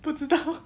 不知道